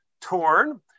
torn